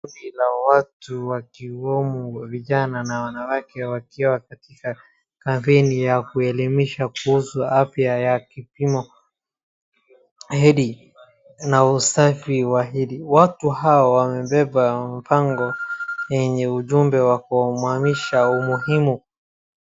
Kundi la watu wakiwemo vijana na wanawake wakiwa katika kazini ya kuelimisha kuhusu afya ya kipimo, hedhi, na usafi wa hedhi. Watu hao wamebeba mabango yenye ujumbe wa kuhamasisha umuhimu.